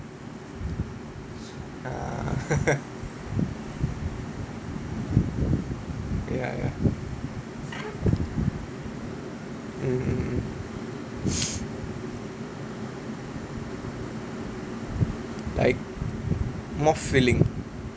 ya ya mm mm mm like more filling